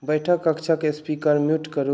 बैठक कक्षक speaker mute करू